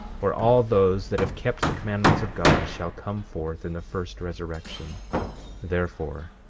or all those that have kept the commandments of god, shall come forth in the first resurrection therefore,